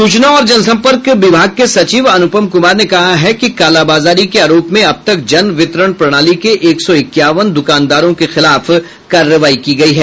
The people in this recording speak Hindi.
सूचना और जनसंपर्क विभाग के सचिव अनुपम कुमार ने कहा है कि कालाबाजारी के आरोप में अब तक जन वितरण प्रणाली के एक सौ इक्यावन दुकानदारों के खिलाफ कार्रवाई की गई है